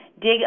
dig